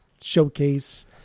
showcase